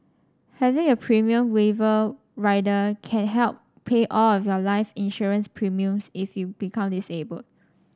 having a premium waiver rider can help pay all of your life insurance premiums if you become disabled